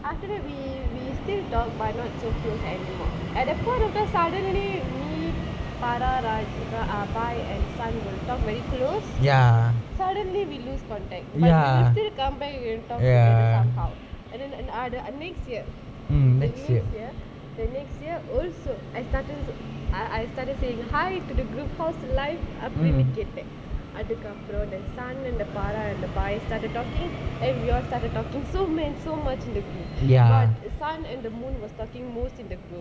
after that we we still talk but not so close anymore at that point of time suddenly me farah ah bai and sun were become very close suddenly we lose contact like we still come back and talk and then ah the next year the next year the next year also I starting I started saying hi to the group how is the life அபடின்னு கேட்டேன் அதுக்கப்பறம்:apdinu kaettan athukkapparam and the sun and the farah and the bai started talking then we all started talking so men so much in the group but sun and the moon were talking most in the group